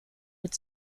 mit